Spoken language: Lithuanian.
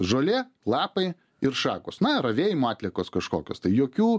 žolė lapai ir šakos na ravėjimo atliekos kažkokios tai jokių